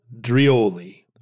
Drioli